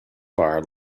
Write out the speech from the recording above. bar